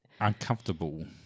Uncomfortable